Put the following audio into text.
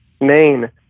Maine